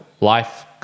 life